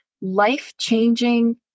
life-changing